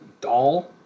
doll